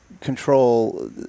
control